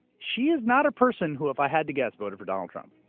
she is not a person who if i had to guess, voted for donald trump.